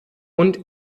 und